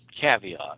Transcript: caveat